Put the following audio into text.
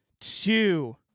two